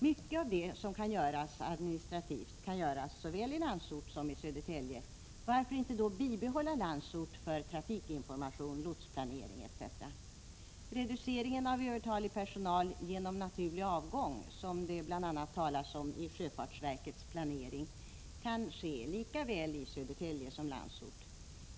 Mycket av det som skall göras administrativt kan göras såväl i Landsort som i Södertälje — varför inte då bibehålla Landsort för trafikinformation, lotsplanering etc.? Reducering av övertalig personal genom naturlig avgång, som det bl.a. talas om i sjöfartsverkets planering, kan ske lika väl i Södertälje som i Landsort.